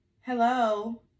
Hello